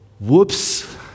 Whoops